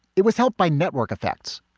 it was helped by network effects.